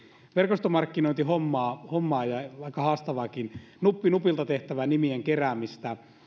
verkostomarkkinointihommaa ja aika haastavaakin nuppi nupilta tehtävää nimien keräämistä